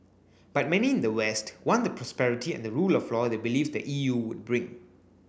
but many in the west want the prosperity and the rule of law they believe the E U would bring